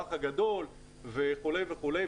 האח הגדול וכולי וכולי,